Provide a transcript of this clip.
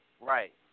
Right